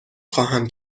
خواهم